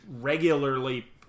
regularly